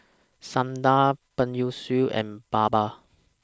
Sundar Peyush and Baba